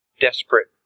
desperate